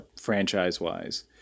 franchise-wise